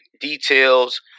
details